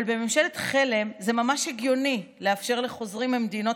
אבל בממשלת חלם זה ממש הגיוני לאפשר לחוזרים ממדינות